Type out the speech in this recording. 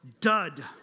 Dud